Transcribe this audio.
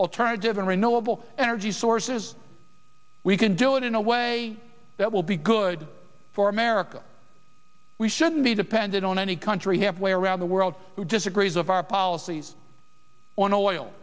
alternative and renewable energy sources we can do it in a way that will be good for america we shouldn't be dependent on any country halfway around the world who disagrees of our policies on oil